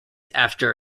after